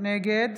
נגד